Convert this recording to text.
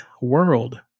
world